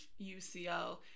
ucl